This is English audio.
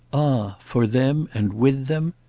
ah for them and with them!